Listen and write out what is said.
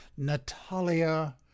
Natalia